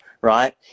right